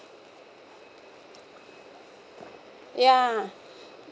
ya